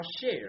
share